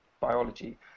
biology